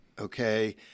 okay